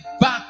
back